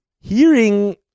hearing